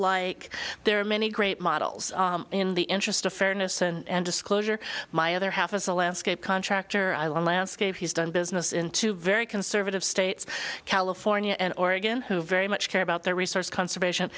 like there are many great models in the interest of fairness and disclosure my other half is a landscape contractor i landscape he's done business in two very conservative states california and oregon who very much care about their resource conservation